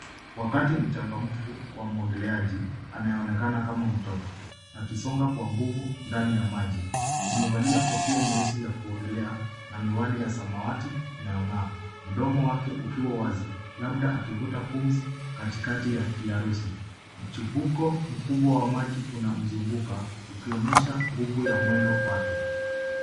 Wakati mchangamfu wa mwogeleaji, anayeonekana kama mtoto, akisonga kwa nguvu ndani ya maji. Amevalia kofia nyeusi ya kuogelea, na miwani ya samawati inayong'aa. Mdomo wake ukiwa wazi, labda akivuta pumzi katikati ya kiharusi. Mchipuko mkubwa wa maji unamzunguka, ukionyesha nguvu ya mwendo wake.